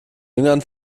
jüngern